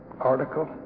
article